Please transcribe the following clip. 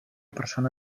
persona